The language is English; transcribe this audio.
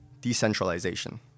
decentralization